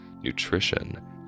nutrition